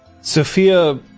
Sophia